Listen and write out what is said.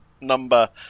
number